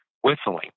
whistling